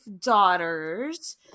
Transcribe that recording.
daughters